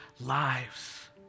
lives